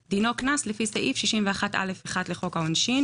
נ.ר) דינו קנס לפי סעיף 61(א)(1) לחוק העונשין."